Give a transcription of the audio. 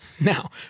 Now